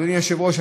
אדוני היושב-ראש,